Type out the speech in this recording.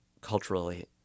culturally